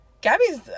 Gabby's